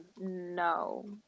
no